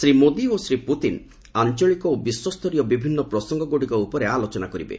ଶ୍ରୀ ମୋଦି ଓ ଶ୍ରୀ ପୁତିନ ଆଞ୍ଚଳିକ ଓ ବିଶ୍ୱସ୍ତରୀୟ ବିଭିନ୍ନ ପ୍ରସଙ୍ଗଗୁଡ଼ିକ ଉପରେ ଆଲୋଚନା କରିବେ